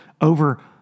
over